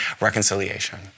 reconciliation